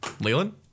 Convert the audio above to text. Leland